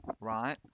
right